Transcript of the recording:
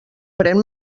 pren